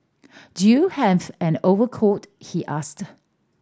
do you have an overcoat he asked